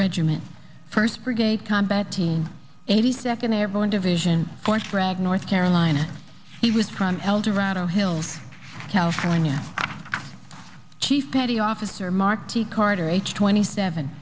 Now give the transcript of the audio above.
regiment first brigade combat team eighty second airborne division force greg north carolina he was from eldorado hills california chief petty officer marty carter age twenty seven